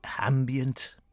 Ambient